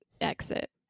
exit